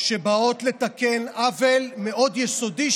שבאות לתקן עוול מאוד יסודי,